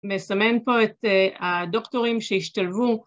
מסמן פה את הדוקטורים שהשתלבו